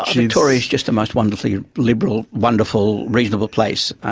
victoria is just the most wonderfully liberal, wonderful, reasonable place.